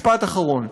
משפט אחרון.